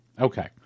Okay